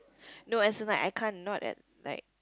no as in like I can't not at like